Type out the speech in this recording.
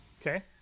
okay